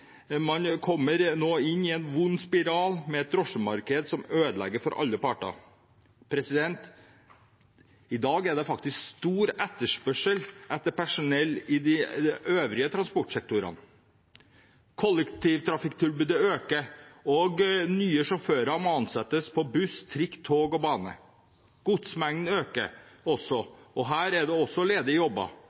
man kommer da inn i en ond spiral, med et drosjemarked som ødelegger for alle parter. I dag er det faktisk stor etterspørsel etter personell i de øvrige transportsektorene. Kollektivtrafikktilbudet øker, og nye sjåfører må ansettes på buss, trikk, tog og bane. Godsmengden øker også, og også der er det ledige jobber